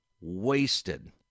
wasted